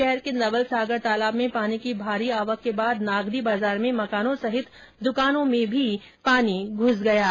शहर के नवलसागर तालाब में पानी की भारी आवक के बाद नागदी बाजार में मकानों सहित द्रकानों में भी पानी घूस गया है